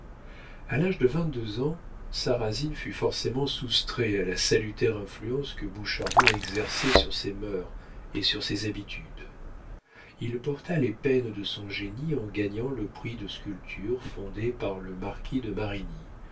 a l'âge de vingt-deux ans sarrasine fut forcément soustrait à la salutaire influence que bouchardon exerçait sur ses mœurs et sur ses habitudes il porta les peines de son génie en gagnant le prix de sculpture fondé par le marquis de